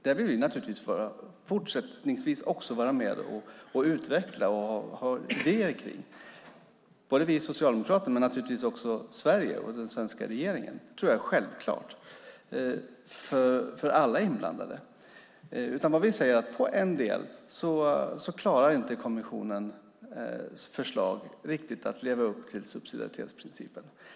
Det vill vi socialdemokrater, och även Sverige och den svenska regeringen, naturligtvis fortsättningsvis också vara med att utveckla och ha idéer om. Det tror jag är självklart för alla inblandade. Vi säger att i en del klarar inte kommissionens förslag riktigt att leva upp till subsidiaritetsprincipen.